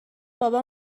بابا